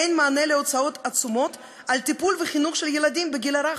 אין מענה על ההוצאות העצומות על טיפול וחינוך לילדים בגיל הרך,